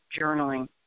journaling